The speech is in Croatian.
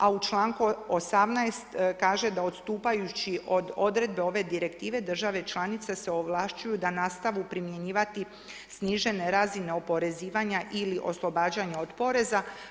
A u članku 18. kaže da odstupajući od odredbe ove Direktive države članice se ovlašćuju da nastave promjenjivati snižene razine oporezivanja ili oslobađanja od poreza.